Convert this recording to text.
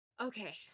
Okay